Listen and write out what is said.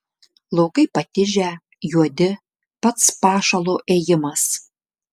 laukai patižę juodi pats pašalo ėjimas